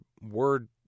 word